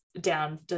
down